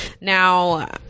Now